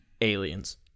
Aliens